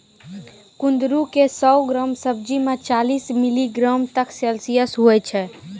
कुंदरू के सौ ग्राम सब्जी मे चालीस मिलीग्राम तक कैल्शियम हुवै छै